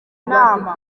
inama